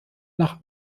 nach